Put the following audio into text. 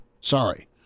Sorry